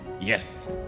yes